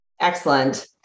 Excellent